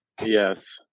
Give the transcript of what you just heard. Yes